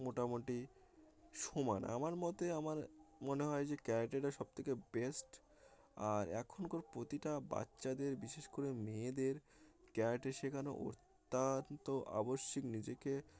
মোটামুটি সমান আমার মতে আমার মনে হয় যে ক্যারেটেটা সবথেকে বেস্ট আর এখনকার প্রতিটা বাচ্চাদের বিশেষ করে মেয়েদের ক্যারেটে শেখানো অত্যন্ত আবশ্যিক নিজেকে